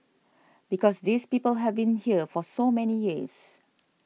because these people have been here for so many years